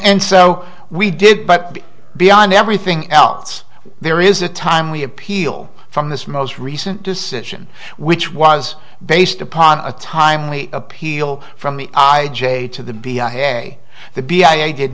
and so we did but beyond everything else there is a time we appeal from this most recent decision which was based upon a timely appeal from the i j a to the the b i did